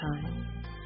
time